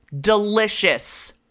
delicious